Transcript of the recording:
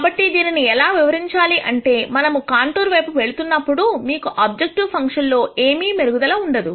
కాబట్టి దీనిని ఎలా వివరించాలి అంటే మనము కాంటూర్ వైపు వెళుతున్నప్పుడుమీకు ఆబ్జెక్టివ్ ఫంక్షన్ లో ఏమి మెరుగుదల ఉండదు